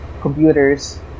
computers